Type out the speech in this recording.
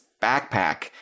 backpack